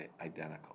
identical